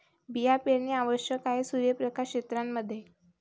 बिया पेरणे आवश्यक आहे सूर्यप्रकाश क्षेत्रां मध्ये